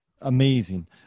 amazing